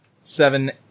seven